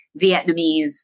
Vietnamese